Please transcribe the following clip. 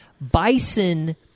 Bison